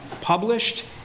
published